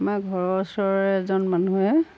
আমাৰ ঘৰৰ ওচৰৰে এজন মানুহে